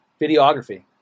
Videography